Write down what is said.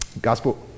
gospel